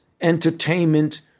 entertainment